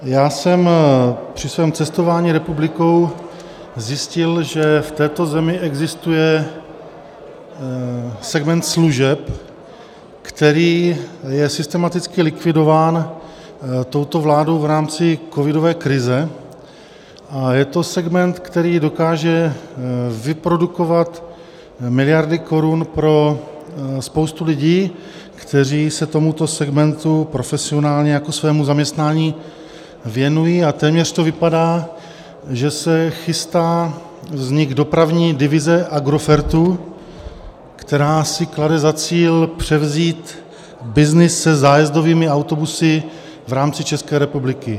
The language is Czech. Já jsem při svém cestování republikou zjistil, že v této zemi existuje segment služeb, který je systematicky likvidován touto vládou v rámci covidové krize, a je to segment, který dokáže vyprodukovat miliardy korun pro spoustu lidí, kteří se tomuto segmentu profesionálně jako svému zaměstnání věnují, a téměř to vypadá, že se chystá vznik dopravní divize Agrofertu, která si klade za cíl převzít byznys se zájezdovými autobusy v rámci České republiky.